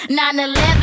9-11